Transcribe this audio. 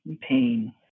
pain